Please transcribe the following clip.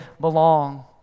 belong